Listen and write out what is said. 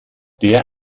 der